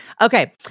Okay